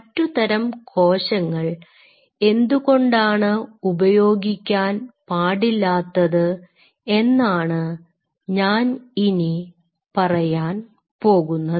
മറ്റു തരം കോശങ്ങൾ എന്തുകൊണ്ടാണ് ഉപയോഗിക്കാൻ പാടില്ലാത്തത് എന്നാണ് ഞാൻ ഇനി പറയാൻ പോകുന്നത്